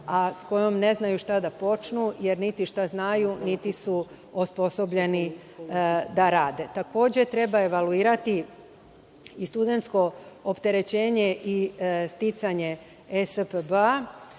s kojom ne znaju šta da počnu, jer niti šta znaju, niti su osposobljeni da rade. Takođe treba evaluirati i studentsko opterećenje i sticanje ESPB-a,